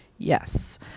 yes